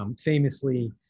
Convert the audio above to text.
Famously